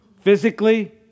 Physically